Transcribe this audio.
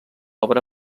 obra